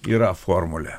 yra formulė